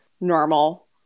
normal